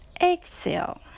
Exhale